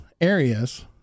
areas